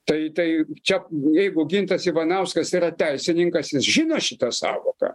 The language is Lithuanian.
tai tai čia jeigu gintas ivanauskas yra teisininkas jis žino šitą sąvoką